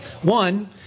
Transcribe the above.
One